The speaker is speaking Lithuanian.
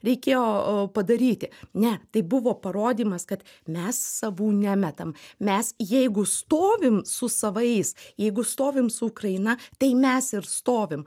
reikėjo padaryti ne tai buvo parodymas kad mes savų nemetam mes jeigu stovim su savais jeigu stovim su ukraina tai mes ir stovim